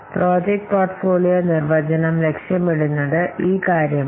project portfolio നിർവചനം ലക്ഷ്യമിടുന്നത് അതിന്റെ ലക്ഷ്യമാണ്